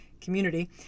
community